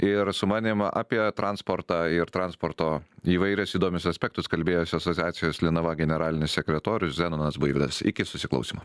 ir su manim apie transportą ir transporto įvairius įdomius aspektus kalbėjosi asociacijos linava generalinis sekretorius zenonas buivydas iki susiklausymo